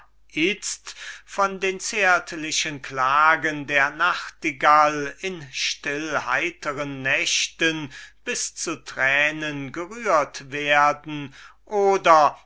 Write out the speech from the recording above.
von den zärtlichen klagen der nachtigall in stillheitern nächten bis zu tränen gerührt werden oder